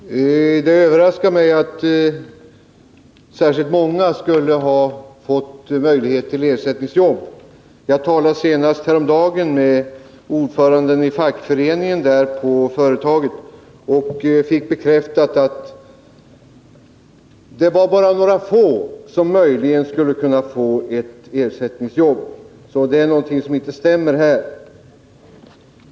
Herr talman! Det överraskar mig att särskilt många skulle ha fått möjlighet till ersättningsjobb i Sollefteå. Jag talade senast härom dagen med ordföranden i fackföreningen där på företaget och fick bekräftat att det bara var några få som möjligen skulle kunna få ett ersättningsjobb. Det är alltså någonting som inte stämmer här.